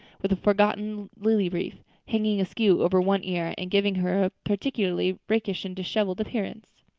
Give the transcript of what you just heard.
with a forgotten lily wreath hanging askew over one ear and giving her a particularly rakish and disheveled appearance.